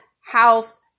house